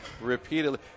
repeatedly